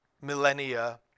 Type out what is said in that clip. millennia